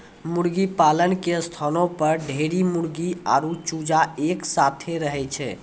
मुर्गीपालन के स्थानो पर ढेरी मुर्गी आरु चूजा एक साथै रहै छै